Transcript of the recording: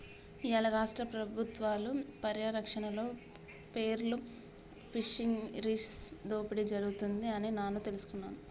ఇయ్యాల రాష్ట్ర పబుత్వాల పర్యారక్షణలో పేర్ల్ ఫిషరీస్ దోపిడి జరుగుతుంది అని నాను తెలుసుకున్నాను